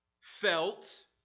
felt